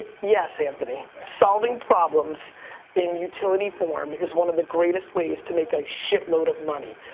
ah yes, anthony. solving problems in utility form is one of the greatest ways to make a shitload of money.